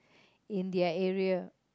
in their area